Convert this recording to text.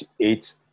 eight